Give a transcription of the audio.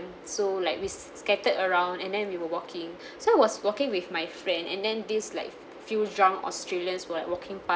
so like we scattered around and then we were walking so I was walking with my friend and then these like few drunk australians were like walking past